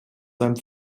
seinem